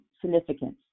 significance